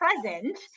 present